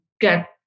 get